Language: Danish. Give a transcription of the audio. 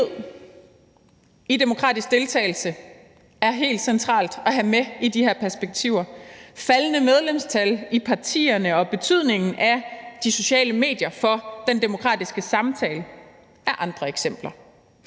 Faldende medlemstal i partierne og betydningen af de sociale medier for den demokratiske samtale er andre eksempler.